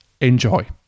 Enjoy